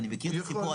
ואני מכיר טיפונת,